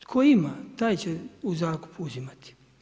Tko ima, taj će u zakup uzimati.